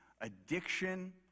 addiction